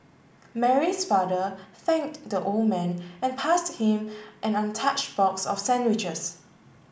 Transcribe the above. Mary's father thanked the old man and passed him an untouched box of sandwiches